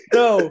no